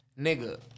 nigga